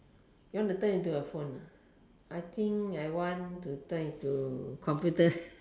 you want to turn into a phone I think I want to turn into computer